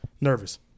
Nervous